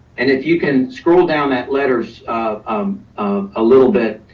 and if you can scroll down that letter so um um a little bit,